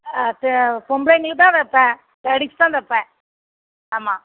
பொம்பளைங்களுக்குத் தான் தைப்பேன் லேடீஸுக்கு தான் தைப்பேன் ஆமாம்